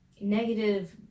negative